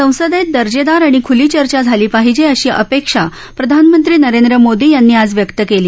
संसदेत दर्जेदार आणि खुली चर्चा झाली पाहिजे अशी अपेक्षा प्रधानमंत्री नरेंद्र मोदी यांनी आज व्यक्त केली